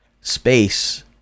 space